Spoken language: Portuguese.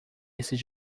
esses